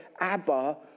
Abba